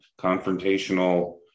confrontational